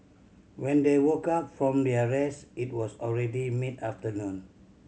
when they woke up from their rest it was already mid afternoon